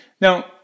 Now-